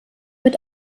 mit